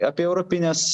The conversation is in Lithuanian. apie europines